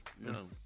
No